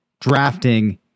drafting